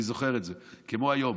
אני זוכר את זה כמו היום,